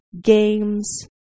games